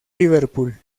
liverpool